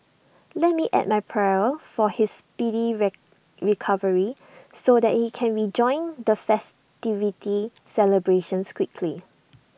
let me add my prayer for his speedy red recovery so that he can rejoin the festivity celebrations quickly